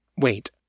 wait